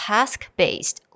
Task-based